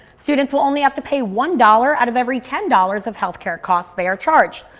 students will only have to pay one dollar out of every ten dollars of health care cost they are charged.